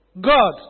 God